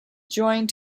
joined